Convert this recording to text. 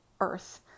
earth